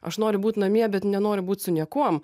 aš noriu būt namie bet nenoriu būt su niekuom